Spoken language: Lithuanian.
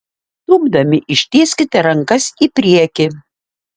tūpdami ištieskite rankas į priekį